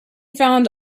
found